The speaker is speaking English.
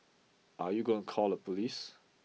are you going call the police